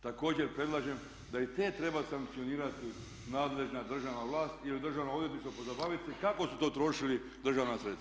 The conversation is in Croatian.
Također predlažem da i te treba sankcionirati nadležna državna vlast ili državno odvjetništvo pozabavit se kako su to trošili državna sredstva.